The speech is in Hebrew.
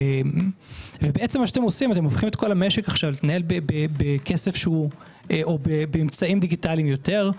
ורתם הופכים את כל המשק להתנהל באמצעים דיגיטליים יותר,